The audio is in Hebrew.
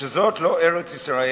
שזאת לא ארץ-ישראל